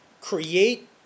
create